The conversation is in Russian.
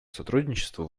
сотрудничеству